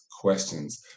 questions